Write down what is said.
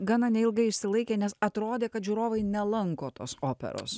gana neilgai išsilaikė nes atrodė kad žiūrovai nelanko tos operos